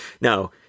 Now